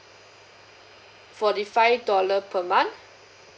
forty five dollar per month